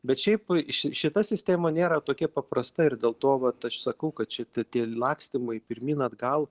bet šiaip ši šita sistema nėra tokia paprasta ir dėl to vat aš sakau kad čia tie tie lakstymai pirmyn atgal